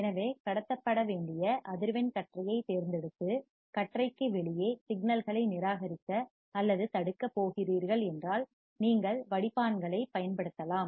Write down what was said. எனவே கடத்தப்படவேண்டிய அதிர்வெண் கற்றையைத் தேர்ந்தெடுத்து கற்றைக்கு வெளியே சிக்னல்களை நிராகரிக்க அல்லது தடுக்கப் போகிறீர்கள் என்றால் நீங்கள் வடிப்பான்களைப் ஃபில்டர்கள் பயன்படுத்தலாம்